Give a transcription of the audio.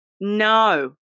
no